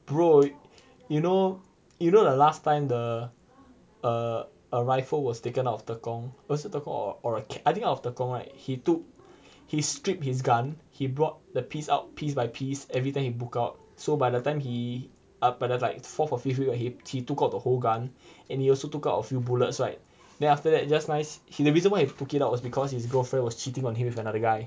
bro you know you know the last time the uh a rifle was taken out of tekong was it tekong or a I think out of tekong right he took he stripped his gun he brought the piece out piece by piece everytime he book out so by the time he uh by the like fourth or fifth week he he took out the whole gun and he also took out a few bullets right then after that just nice he the reason why he took it out was because his girlfriend was cheating on him with another guy